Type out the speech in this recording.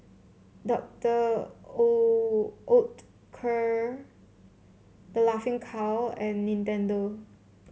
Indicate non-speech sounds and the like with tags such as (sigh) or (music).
Docter (unintelligible) Oetker The Laughing Cow and Nintendo